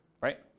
right